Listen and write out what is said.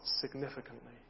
significantly